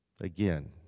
Again